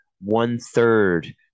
one-third